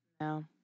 No